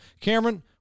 Cameron